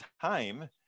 time